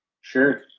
Sure